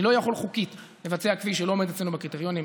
אני לא יכול חוקית לבצע כביש שלא עומד אצלנו בקריטריונים,